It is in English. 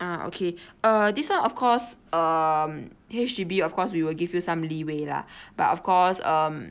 uh okay uh this one of course um H_D_B of course we will give you some leeway lah but of course um